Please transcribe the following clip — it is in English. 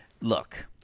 Look